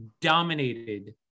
dominated